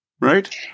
right